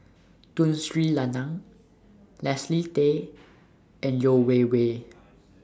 Tun Sri Lanang Leslie Tay and Yeo Wei Wei